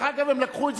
אה, הם הלכו?